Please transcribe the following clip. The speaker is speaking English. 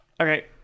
Okay